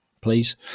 please